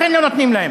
לכן לא נותנים להם.